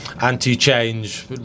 anti-change